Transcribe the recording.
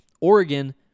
Oregon